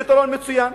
מצוין,